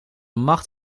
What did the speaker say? macht